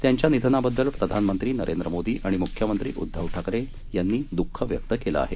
त्यांच्या निधनाबद्दल प्रधानमंत्री नरेंद्र मोदी आणि मुख्यमंत्री उद्धव ठाकरे यांनी दुःख व्यक्त केलं आहे